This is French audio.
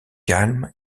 calme